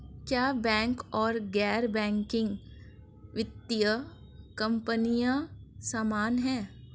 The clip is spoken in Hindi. क्या बैंक और गैर बैंकिंग वित्तीय कंपनियां समान हैं?